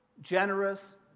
generous